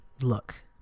look